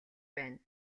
байна